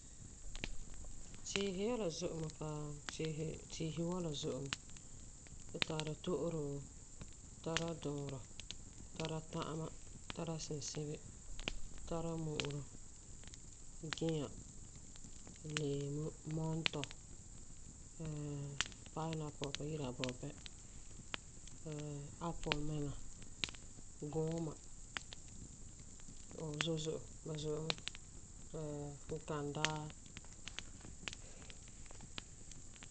Tiisi yɛla zo'e mɛ paa. Tiisi wɔla zo'e mɛ. Tu tari to'oro, tara duurɔ, tara ta'ama, tara sinsibi, tara mu'uro. Gĩa, leemu, mɔntɔ. pineapple ti ba yi'ira aburebɛ, apple mɛŋa, guuma. Oo zo'e zo'e. Ba zo'e mɛ. Kinkandaa.